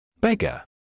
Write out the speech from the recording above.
Beggar